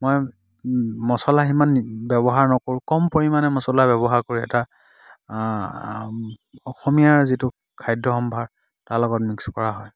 মই মচলা সিমান ব্যৱহাৰ নকৰোঁ কম পৰিমাণে মচলা ব্যৱহাৰ কৰি এটা অসমীয়াৰ যিটো খাদ্য সম্ভাৰ তাৰ লগত মিক্সড কৰা হয়